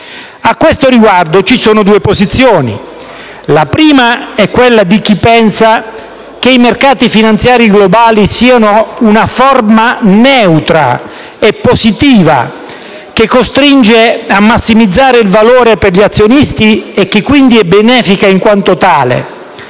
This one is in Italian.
A questo riguardo ci sono due posizioni. La prima è quella di chi pensa che i mercati finanziari globali siano una forma neutra e positiva, che costringe a massimizzare il valore per gli azionisti e, quindi, è benefica in quanto tale.